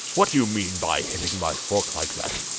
what do you mean by hitting my fork like that,